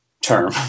term